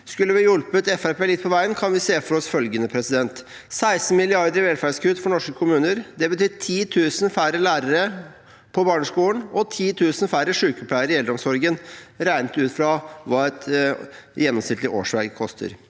Skulle vi hjulpet Fremskrittspartiet litt på veien, kan vi se for oss følgende: 16 mrd. kr i velferdskutt for norske kommuner vil si 10 000 færre lærere på barneskolen og 10 000 færre sykepleiere i eldreomsorgen, regnet ut fra hva et gjennomsnittlig årsverk koster.